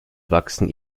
wachsen